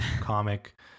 comic